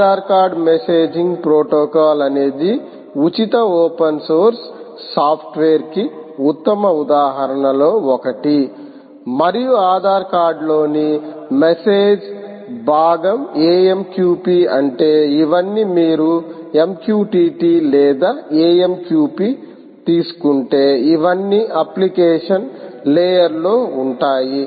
Aadhaar card messaging protocol అనేది ఉచిత open source software కి ఉత్తమ ఉదాహరణలలో ఒకటి మరియు ఆధార్ కార్డులోని మెసేజ్ భాగం AMQP అంటే ఇవన్నీ మీరు MQTT లేదా AMQP తీసుకుంటే ఇవన్నీ అప్లికేషన్ లేయర్ లో ఉంటాయి